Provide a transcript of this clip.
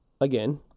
Again